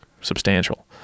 substantial